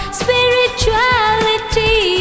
spirituality